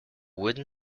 wooden